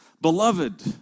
Beloved